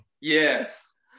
Yes